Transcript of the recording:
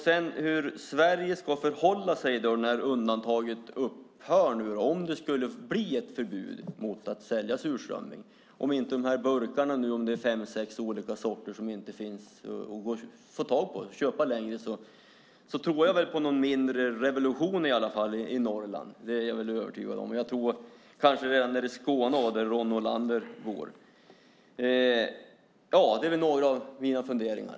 Hur ska Sverige förhålla sig när undantaget upphör, om det blir ett förbud mot att sälja surströmming? Om det inte längre går att köpa de fem sex sorter som nu finns tror jag på en mindre revolution i Norrland - kanske även i Skåne, där Ronny Olander bor. Det här var några av mina funderingar.